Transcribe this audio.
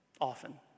often